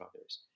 others